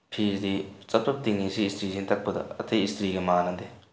ꯐꯤꯗꯤ ꯆꯞ ꯆꯞ ꯇꯤꯡꯏ ꯑꯁꯤ ꯏꯁꯇ꯭ꯔꯤꯁꯤꯅ ꯇꯛꯄꯗ ꯑꯇꯩ ꯏꯁꯇ꯭ꯔꯤꯒ ꯃꯥꯟꯅꯗꯦ